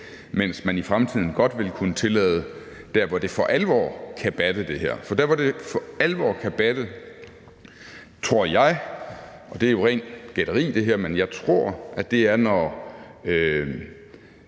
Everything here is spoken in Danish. mens man i fremtiden godt vil kunne tillade det der, hvor det her for alvor kan batte. For der, hvor det for alvor kan batte, tror jeg – og det her er jo rent gætteri – er, når butikker,